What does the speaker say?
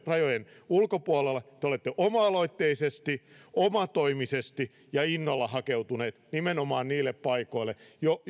rajojen ulkopuolella te te olette oma aloitteisesti omatoimisesti ja innolla hakeutuneet nimenomaan niille paikoille